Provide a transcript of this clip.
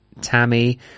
Tammy